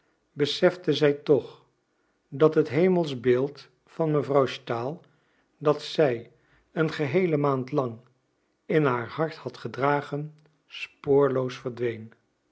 besefte zij toch dat het hemelsch beeld van mevrouw stahl dat zij een geheele maand lang in haar hart had gedragen spoorloos verdween